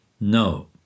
No